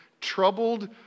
troubled